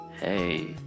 Hey